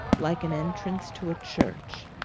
like an entrance to a church.